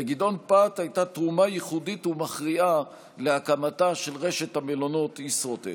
לגדעון פת הייתה תרומה ייחודית ומכריעה להקמתה של רשת המלונות ישרוטל.